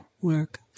work